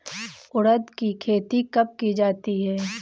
उड़द की खेती कब की जाती है?